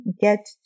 get